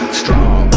strong